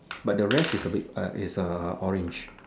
but the rest is a bit uh is uh orange